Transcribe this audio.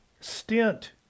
stint